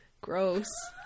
gross